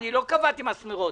קבעתי מסמרות.